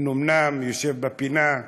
מנומנם, יושב בפינה.